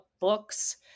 books